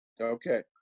Okay